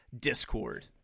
Discord